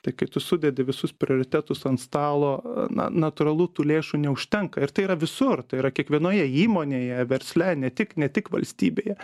tai kai tu sudedi visus prioritetus ant stalo na natūralu tų lėšų neužtenka ir tai yra visur tai yra kiekvienoje įmonėje versle ne tik ne tik valstybėje